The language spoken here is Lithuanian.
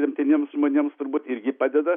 remtiniems žmonėms turbūt irgi padeda